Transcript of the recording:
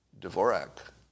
Dvorak